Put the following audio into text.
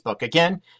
Again